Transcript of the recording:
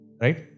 right